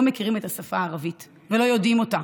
מכירים את השפה הערבית ולא יודעים אותה.